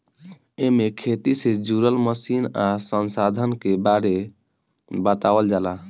एमे खेती से जुड़ल मशीन आ संसाधन के बारे बतावल जाला